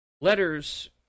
letters